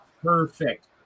perfect